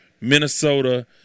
Minnesota